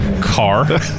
car